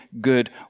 good